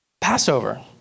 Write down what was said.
Passover